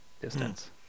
distance